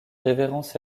révérence